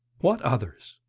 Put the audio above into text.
what others?